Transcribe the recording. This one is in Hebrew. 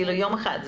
אפילו יום אחד.